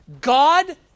God